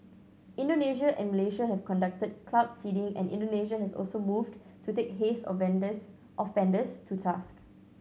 Indonesia and Malaysia have conducted cloud seeding and Indonesia has also moved to take haze offenders to task